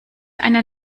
eine